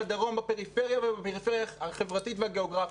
בדרום ובפריפריה החברתית והגיאוגרפית.